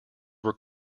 were